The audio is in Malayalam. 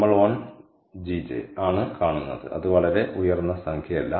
നമ്മൾ 1 GJ ആണ് കാണുന്നത് അത് വളരെ ഉയർന്ന സംഖ്യയല്ല